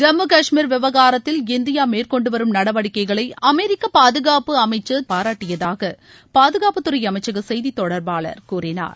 ஜம்மு காஷ்மீர் விவகாரத்தில் இந்தியா மேற்கொண்டுவரும் நடவடிக்கைகளை அமெரிக்க பாதுகாப்பு அமைச்சர் பாராட்டியதாக பாதுகாப்புத்துறை அமைச்சக செய்தித்தொடர்பளார் கூறினார்